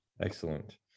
Excellent